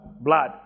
Blood